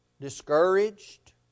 discouraged